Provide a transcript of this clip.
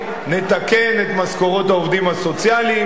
נתקן את משכורות העובדים הסוציאליים,